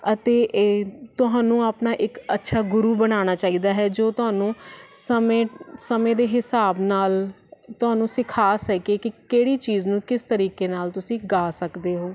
ਅਤੇ ਇਹ ਤੁਹਾਨੂੰ ਆਪਣਾ ਇੱਕ ਅੱਛਾ ਗੁਰੂ ਬਣਾਉਣਾ ਚਾਹੀਦਾ ਹੈ ਜੋ ਤੁਹਾਨੂੰ ਸਮੇਂ ਸਮੇਂ ਦੇ ਹਿਸਾਬ ਨਾਲ ਤੁਹਾਨੂੰ ਸਿਖਾ ਸਕੇ ਕਿ ਕਿਹੜੀ ਚੀਜ਼ ਨੂੰ ਕਿਸ ਤਰੀਕੇ ਨਾਲ ਤੁਸੀਂ ਗਾ ਸਕਦੇ ਹੋ